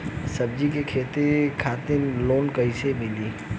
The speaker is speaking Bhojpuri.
सब्जी के खेती करे खातिर लोन कइसे मिली?